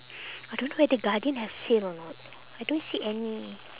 I don't know whether Guardian have sale or not I don't see any